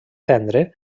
tendre